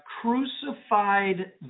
crucified